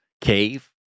cave